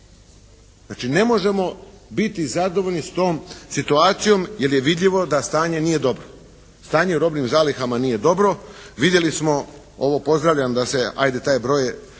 Znači ne možemo biti zadovoljni s tom situacijom jer je vidljivo da stanje nije dobro. Stanje u robnim zalihama nije dobro. Vidjeli smo, ovo pozdravljam da se ajde taj broj